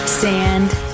Sand